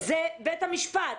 הוא בית המשפט.